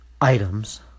items